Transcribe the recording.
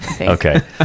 Okay